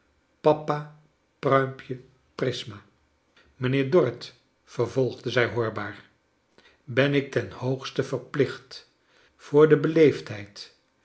papa pruimpje prisma mijnheer dorrit vervolgde zij hoorbaar ben ik ten hoogste verplicht voor de